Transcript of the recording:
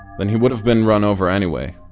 then he would have been run over anyway,